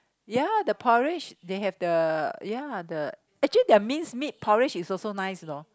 ya the porridge they have the ya the actually their minced meat porridge is also nice loh